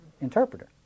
interpreter